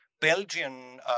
Belgian